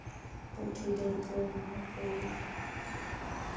ᱯᱩᱴᱷᱤ ᱰᱟᱹᱲᱠᱟᱹ ᱦᱟᱹᱠᱩ ᱜᱮ